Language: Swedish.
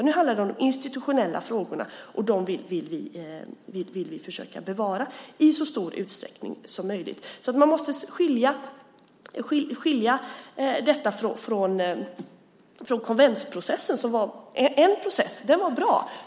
Nu handlar det om de institutionella frågorna, och vi vill försöka bevara dem i så stor utsträckning som möjligt. Man måste alltså skilja detta från konventsprocessen som var en process. Den var bra.